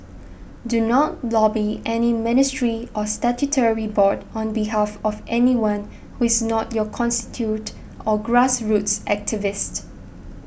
do not lobby any ministry or statutory board on behalf of anyone who is not your constituent or grass roots activist